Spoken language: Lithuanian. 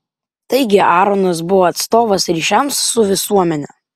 taigi aaronas buvo atstovas ryšiams su visuomene